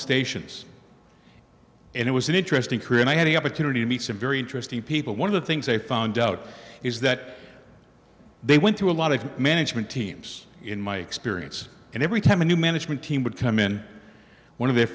stations and it was an interesting korean i had the opportunity to meet some very interesting people one of the things they found out is that they went to a lot of management teams in my experience and every time a new management team would come in one of the